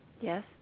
Yes